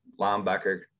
linebacker